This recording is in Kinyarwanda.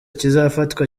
kizafatwa